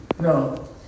No